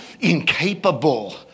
incapable